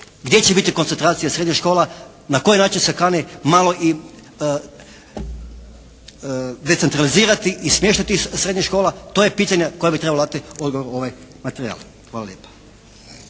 Gdje će biti koncentracija srednjih škola? Na koji način se kani malo i decentralizirati i smještati srednja škola? To je pitanje koje bi trebalo dati odgovor ovaj materijal. Hvala lijepa.